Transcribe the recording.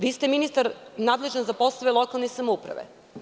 Vi ste ministar nadležan za poslove lokalne samouprave.